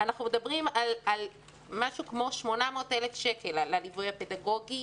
אנחנו מדברים על משהו כמו 800 אלף שקל לליווי הפדגוגי.